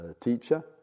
teacher